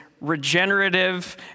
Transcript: regenerative